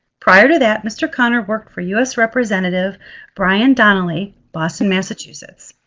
prior to that, mr. connor worked for us representative brian donnelly, boston, massachusetts.